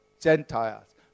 Gentiles